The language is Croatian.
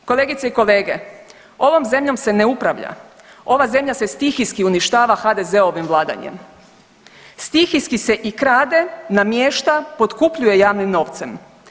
Kolegice i kolege, ovom zemljom se ne upravlja, ova zemlja se stihijski uništava HDZ-ovim vladanjem, stihijski se i krade, namješta i potkupljuje javnim novcem.